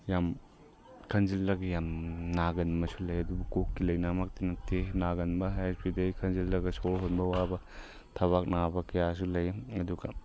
ꯌꯥꯝ ꯈꯟꯖꯤꯜꯂꯒ ꯌꯥꯝ ꯅꯥꯒꯟꯕꯁꯨ ꯂꯩ ꯑꯗꯨꯕꯨ ꯀꯣꯛꯀꯤ ꯂꯩꯅꯥꯃꯛꯇꯤ ꯅꯠꯇꯦ ꯅꯥꯒꯟꯕ ꯍꯥꯏꯈ꯭ꯔꯗꯤ ꯈꯟꯖꯜꯂꯒ ꯁꯣꯔ ꯍꯣꯟꯕ ꯋꯥꯕ ꯊꯕꯥꯛ ꯅꯥꯕ ꯀꯌꯥꯁꯨ ꯂꯩ ꯑꯗꯨꯒ